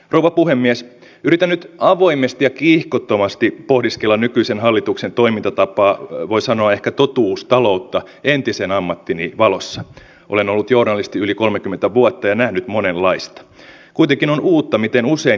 rouva puhemies pyritään avoimesti ja kiihkottomasti pohdiskella nykyisen hallituksen toimintatapaa voi olen aivan samaa mieltä että joka vuosi tällaista puliveivausta ei kannattaisi tehdä ja valtiovarainministeriössä tämä asia kannattaisi vihdoinkin ottaa huomioon